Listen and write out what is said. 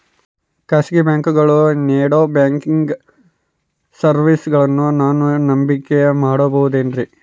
ಖಾಸಗಿ ಬ್ಯಾಂಕುಗಳು ನೇಡೋ ಬ್ಯಾಂಕಿಗ್ ಸರ್ವೇಸಗಳನ್ನು ನಾನು ನಂಬಿಕೆ ಮಾಡಬಹುದೇನ್ರಿ?